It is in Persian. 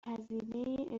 هزینه